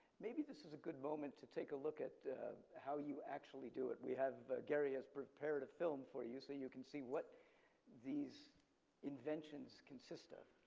maybe this is a good moment to take a look at how you actually do it. we have, gerry has prepared a film for you so you can see what these inventions consist of.